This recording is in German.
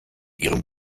ihrem